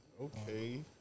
Okay